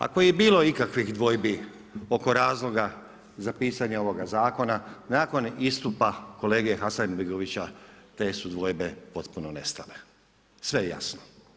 Ako je i bilo ikakvih dvojbi oko razloga za pisanje ovoga zakona, nakon istupa kolege Hasanbegovića te su dvojbe potpuno nestale, sve je jasno.